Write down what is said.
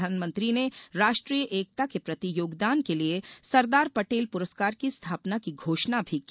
प्रधानमंत्री ने राष्ट्रीय एकता के प्रति योगदान के लिए सरदार पटेल पुरस्कार की स्थापना की घोषणा भी की